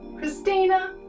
Christina